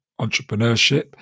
entrepreneurship